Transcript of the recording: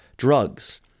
drugs